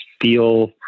feel